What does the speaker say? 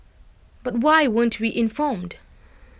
but why weren't we informed